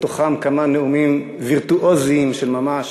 ובתוכם כמה נאומים וירטואוזיים של ממש.